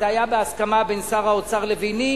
זה היה בהסכמה בין שר האוצר לביני.